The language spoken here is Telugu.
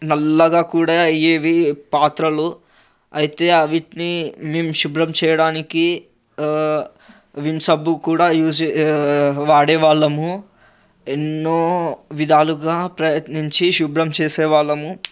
నల్లగా కూడా అయ్యేవి పాత్రలు అయితే అవిటిని మేము శుభ్రం చేయడానికి విమ్ సబ్బు కూడా యూజ్ వాడేవాళ్ళము ఎన్నో విధాలుగా ప్రయత్నించి శుభ్రంచేసే వాళ్ళము